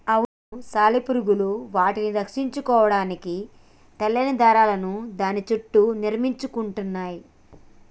అవును సాలెపురుగులు వాటిని రక్షించుకోడానికి తెల్లటి దారాలను దాని సుట్టూ నిర్మించుకుంటయ్యి